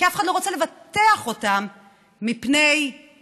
כי אף אחד לא רוצה לבטח אותם מפני השמדה,